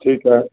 ठीक है